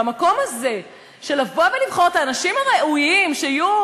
במקום הזה של לבוא ולבחור את האנשים הראויים שיהיו